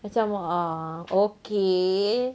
macam ah okay